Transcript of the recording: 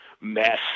mess